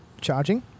charging